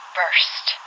burst